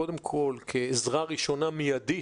קודם כל כעזרה ראשונה מיידית,